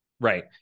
right